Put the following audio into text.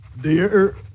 Dear